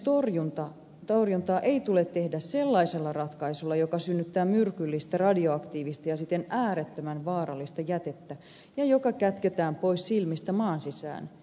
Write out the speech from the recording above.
ilmastonmuutoksen torjuntaa ei tule tehdä sellaisella ratkaisulla joka synnyttää myrkyllistä radioaktiivista ja siten äärettömän vaarallista jätettä ja joka kätketään pois silmistä maan sisään